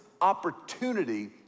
opportunity